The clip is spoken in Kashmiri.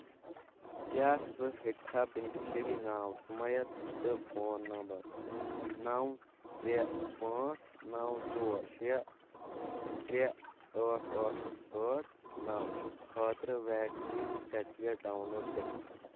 کیٛاہ ژٕ ہیککھا بینِفیشری ناو سُمَییا تہٕ فون نمبر نو ترٛے پانٛژھ نو ژور شیٚے ترٛے ٲٹھ ٲٹھ ٲٹھ نو خٲطرٕ ویکسیٖن سٹفکیٹ ڈاؤن لوڈ کٔرِتھ؟